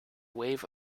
wave